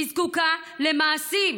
היא זקוקה למעשים,